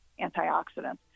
antioxidants